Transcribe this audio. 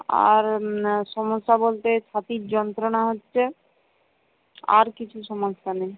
আর সমস্যা বলতে ছাতির যন্ত্রণা হচ্ছে আর কিছু সমস্যা নেই